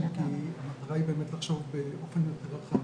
כי המטרה היא באמת לחשוב באופן יותר רחב.